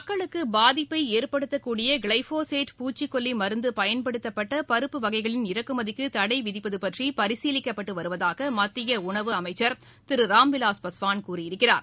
மக்களுக்குபாதிப்பைஏற்படுத்தக் glyphosate கூடிய பூச்சிக் கொல்லிமருந்துபயன்படுத்தப்பட்டபருப்பு வகைகளின் இறக்குமதிக்குதடைவிதிப்பதுபற்றிபரிசீலிக்கப்பட்டுவருவதாகமத்தியஉணவு திருராம்விலாஸ் பாஸ்வான் கூறியிருக்கிறார்